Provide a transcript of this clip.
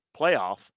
playoff